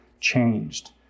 changed